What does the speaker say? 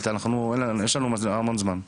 יש לנו המון זמן.